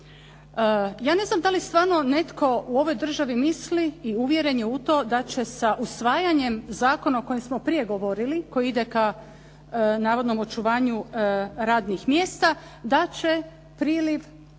Ja ne znam da li stvarno netko u ovoj državi misli i uvjeren je u to da će sa usvajanjem zakona o kojem smo prije govorili, koji ide ka navodnom očuvanju radnih mjesta, da će priliv